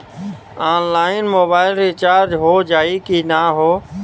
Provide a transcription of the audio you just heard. Online mobile recharge हो जाई की ना हो?